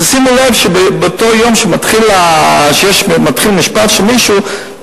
תשימו לב שבאותו יום שמתחיל משפט של מישהו,